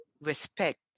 respect